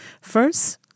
First